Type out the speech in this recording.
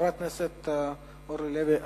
חברת הכנסת אורלי לוי אבקסיס.